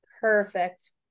Perfect